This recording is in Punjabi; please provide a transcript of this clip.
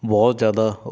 ਬਹੁਤ ਜ਼ਿਆਦਾ